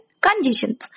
conditions